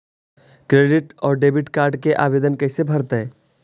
Credit और debit card के आवेदन कैसे भरैतैय?